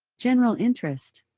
general interest,